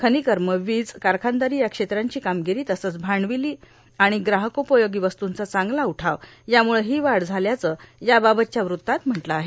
खनिकर्म वीज कारखानदारी या क्षेत्रांची कामगिरी तसंच भांडवली आणि ग्राहकोपयोगी वस्तूंचा चांगला उठाव यामुळे ही वाढ झाल्याचं याबाबतच्या वृत्तात म्हटलं आहे